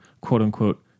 quote-unquote